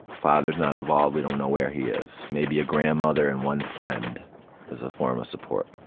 father's not involved, we don't know where he is. maybe a grandmother and one friend as a form of support.